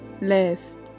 left